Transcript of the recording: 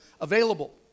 available